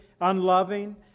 unloving